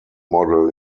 model